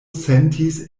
sentis